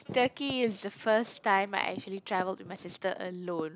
Turkey is the first time I actually traveled with my sister alone